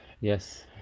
yes